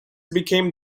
became